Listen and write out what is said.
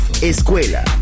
escuela